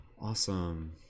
awesome